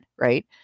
right